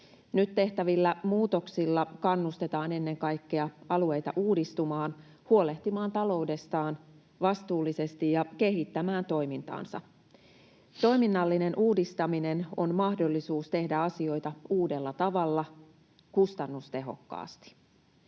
Nyt tehtävillä muutoksilla kannustetaan ennen kaikkea alueita uudistumaan, huolehtimaan taloudestaan vastuullisesti ja kehittämään toimintaansa. Toiminnallinen uudistaminen on mahdollisuus tehdä asioita uudella tavalla kustannustehokkaasti.